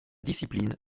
discipline